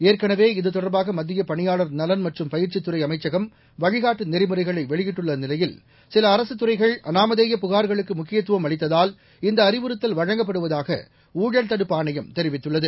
ஏற்கனவே இதுதொடர்பாக மத்திய பணியாளர் நலன் மற்றும் பயிற்சித்துறை அமைச்சகம் வழிகாட்டு நெறிமுறைகளை வெளியிட்டுள்ள நிலையில் சில அரசு துறைகள் அனாமதேய புகார்களுக்கு முக்கியத்துவம் அளித்ததால் இந்த அறிவுறுத்தல் வழங்கப்படுவதாக ஊழல் தடுப்பு ஆணையம் தெரிவித்துள்ளது